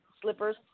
slippers